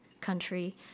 country